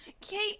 Kate